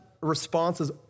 responses